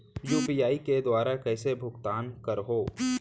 UPI के दुवारा कइसे भुगतान करहों?